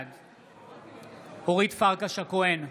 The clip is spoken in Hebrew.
בעד אורית פרקש הכהן,